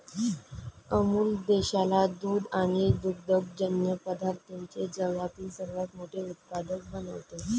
अमूल देशाला दूध आणि दुग्धजन्य पदार्थांचे जगातील सर्वात मोठे उत्पादक बनवते